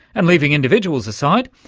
and leaving individuals aside,